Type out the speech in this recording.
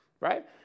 Right